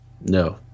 No